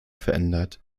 verändert